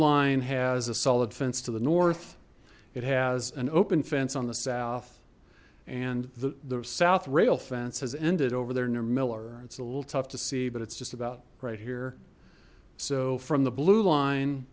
line has a solid fence to the north it has an open fence on the south and the south rail fence has ended over there near miller it's a little tough to see but it's just about right here so from the blue line